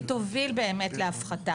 והיא תוביל באמת להפחתה.